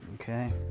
Okay